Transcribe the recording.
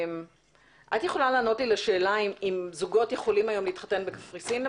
את יכולה לענות לי לשאלה אם זוגות יכולים להתחתן היום בקפריסין למשל?